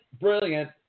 Brilliant